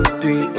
three